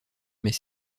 mais